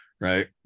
Right